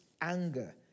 anger